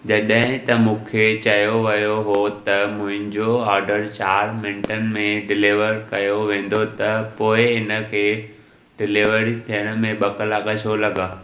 जॾहिं त मूंखे चयो वियो हुओ त मुंहिंजो ऑर्डर चारि मिंटनि में डिलीवर कयो वेंदो त पोइ इनखे डिलीवरी थियण में ॿ कलाक छो लॻा